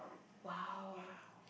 !wow!